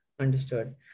Understood